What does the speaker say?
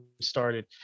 started